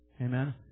Amen